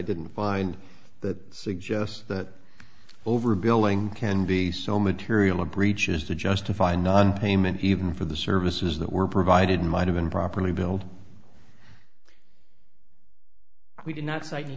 didn't find that suggests that overbilling can be so material breaches to justify nonpayment even for the services that were provided might have been properly built we did not